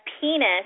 penis